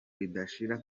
ridashira